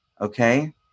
Okay